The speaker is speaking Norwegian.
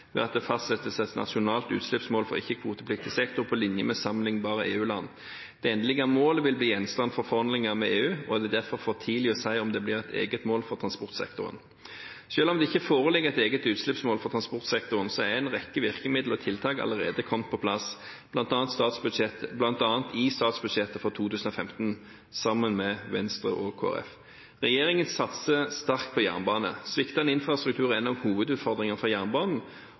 ved at det fastsettes et nasjonalt utslippsmål for ikke-kvotepliktig sektor på linje med sammenlignbare EU-land. Det endelige målet vil bli gjenstand for forhandlinger med EU, og det er derfor for tidlig å si om det blir et eget mål for transportsektoren. Selv om det ikke foreligger et eget utslippsmål for transportsektoren, har en rekke virkemidler og tiltak allerede kommet på plass, bl.a. i statsbudsjettet for 2015, sammen med Venstre og Kristelig Folkeparti. Regjeringen satser sterkt på jernbane. Sviktende infrastruktur er en av hovedutfordringene for jernbanen,